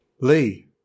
Lee